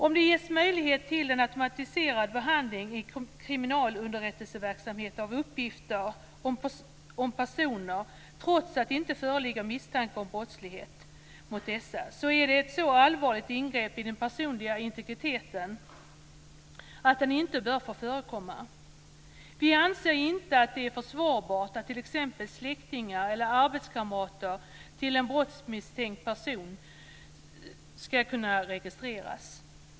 Om det ges möjlighet till en automatiserad behandling i kriminalunderrättelseverksamhet av uppgifter om personer, trots att det inte föreligger misstanke om brottslighet mot dessa, är det ett så allvarligt ingrepp i den personliga integriteten att den inte bör få förekomma. Vi anser inte att det är försvarbart att t.ex. släktingar eller arbetskamrater till en brottsmisstänkt person skall kunna registreras.